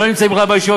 לא נמצאים בכלל בישיבות.